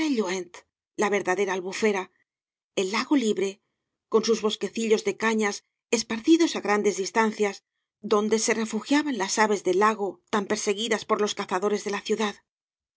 la verdadera albufera el lago libre con bus boequecillos de cañas esparcidos á grandes distancias donde se refugiaban las aves del lago tan perseguidas por los cazadores de la ciudad